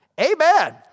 Amen